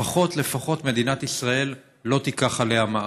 לפחות לפחות מדינת ישראל לא תיקח עליה מע"מ.